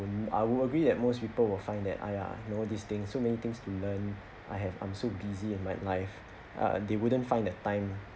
I would agree that most people will find that !aiya! you know these things so many things to learn I have I'm so busy and my life ah they wouldn't find that time